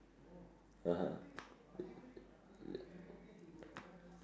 (uh huh)